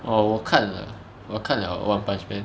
oh 我看了我看了 one punch man